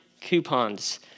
Coupons